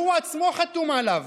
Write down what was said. שהוא עצמו חתום עליו,